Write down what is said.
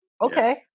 okay